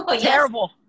Terrible